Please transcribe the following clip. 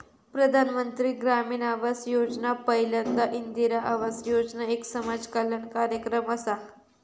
प्रधानमंत्री ग्रामीण आवास योजना पयल्यांदा इंदिरा आवास योजना एक समाज कल्याण कार्यक्रम असा